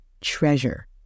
treasure